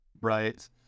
right